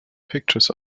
pictures